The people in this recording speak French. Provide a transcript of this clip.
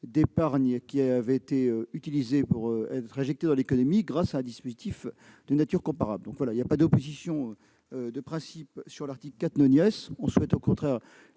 d'épargne avaient été utilisés pour être injectés dans l'économie, grâce à un dispositif de nature comparable. Nous n'avons pas d'opposition de principe sur l'article 4. Nous souhaitons, au contraire,